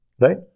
Right